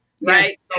Right